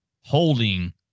holding